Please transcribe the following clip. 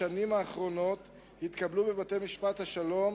בשנים האחרונות התקבלו בבתי-משפט השלום